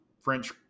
French